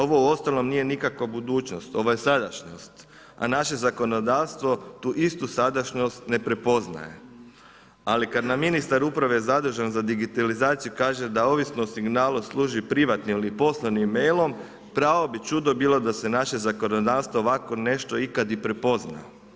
Ovo uostalom nije nikakva budućnost, ovo je sadašnjost, a naše zakonodavstvo tu istu sadašnjost ne prepoznaje, ali kad nam ministar uprave zadužen za digitalizaciju kaže da ovisno o signalu služi privatnom ili poslovnim mailom, pravo bi čudo bilo da se naše zakonodavstvo ovako nešto ikad i prepozna.